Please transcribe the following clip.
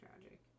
tragic